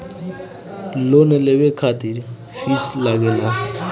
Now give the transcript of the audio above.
Loan लेवे खातिर fees लागेला?